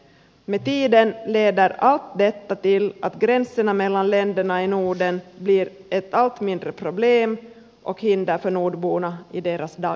med tiden leder allt detta till att gränserna mellan länderna i norden blir ett allt mindre problem och hinder för nordborna i deras dagliga liv